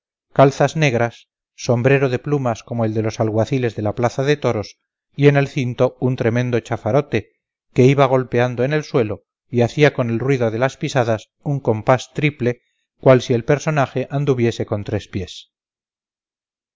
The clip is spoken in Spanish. calzas negras sombrero de plumas como el de los alguaciles de la plaza de toros y en el cinto un tremendo chafarote que iba golpeando en el suelo y hacía con el ruido de las pisadas un compás triple cual si el personaje anduviese con tres pies